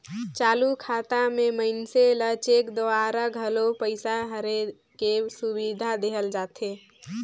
चालू खाता मे मइनसे ल चेक दूवारा घलो पइसा हेरे के सुबिधा देहल जाथे